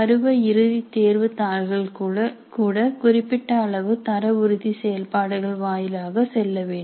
பருவ இறுதி தேர்வு தாள்கள் கூட குறிப்பிட்ட அளவு தர உறுதி செயல்பாடுகள் வாயிலாக செல்ல வேண்டும்